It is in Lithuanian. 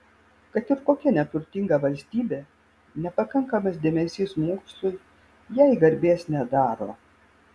kad ir kokia neturtinga valstybė nepakankamas dėmesys mokslui jai garbės nedaro